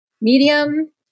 medium